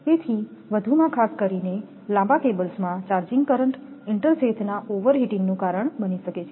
તેથી વધુમાં ખાસ કરીને લાંબા કેબલ્સમાં ચાર્જિંગ કરંટ ઇન્ટરસેથના ઓવરહિટીંગનું કારણ બની શકે છે